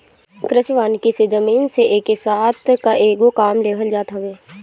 कृषि वानिकी से जमीन से एके साथ कएगो काम लेहल जात हवे